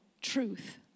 truth